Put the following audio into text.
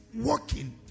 Working